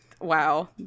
Wow